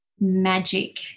magic